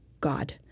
God